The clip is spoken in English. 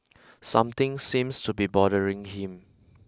something seems to be bothering him